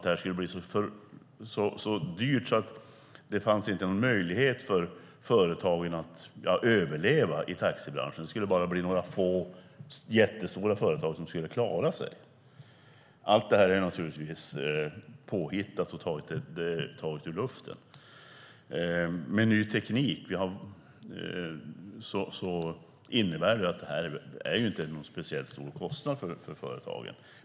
Det skulle bli så dyrt att det inte fanns någon möjlighet för företagen i taxibranschen att överleva; bara några få jättestora företag skulle klara sig och bli kvar. Allt det är naturligtvis påhittat, taget ur luften. Den nya teknik som finns gör att det inte är fråga om någon speciellt stor kostnad för företagen.